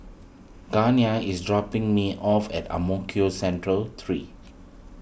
Gania is dropping me off at Ang Mo Kio Central three